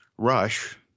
Rush